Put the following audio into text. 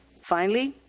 finally,